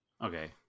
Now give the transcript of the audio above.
Okay